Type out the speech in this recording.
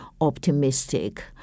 optimistic